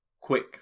quick